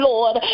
Lord